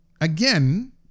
again